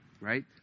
Right